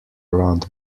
around